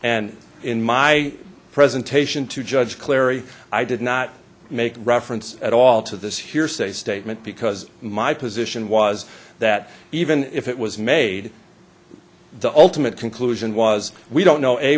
and in my presentation to judge clary i did not make reference at all to this hearsay statement because my position was that even if it was made the ultimate conclusion was we don't know a